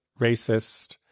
racist